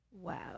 Wow